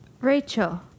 Rachel